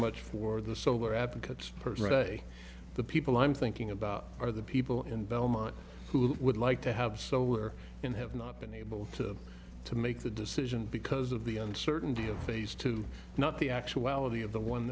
much for the solar advocates per se the people i'm thinking about are the people in belmont who would like to have solar in have not been able to to make the decision because of the uncertainty of phase two not the actuality of the one